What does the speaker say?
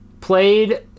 played